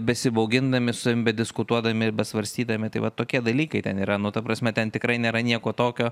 besibaugindami su savim bediskutuodami ir besvarstydami tai va tokie dalykai ten yra nu ta prasme ten tikrai nėra nieko tokio